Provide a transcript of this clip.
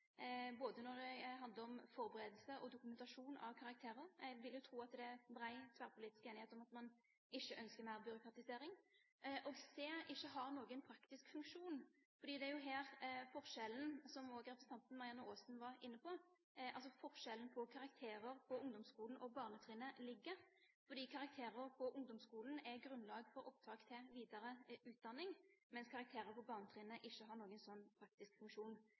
karakterer – jeg vil tro at det er bred tverrpolitisk enighet om at man ikke ønsker mer byråkratisering – og c) ikke har noen praktisk funksjon? Det er jo her forskjellen på karakterer på ungdomsskolen og barnetrinnet, som også representanten Marianne Aasen var inne på, ligger. Karakterer på ungdomsskolen er grunnlag for opptak til videre utdanning, mens karakterer på barnetrinnet ikke har en slik praktisk funksjon.